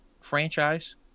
franchise